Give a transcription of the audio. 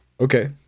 Okay